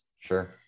Sure